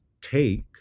take